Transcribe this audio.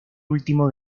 último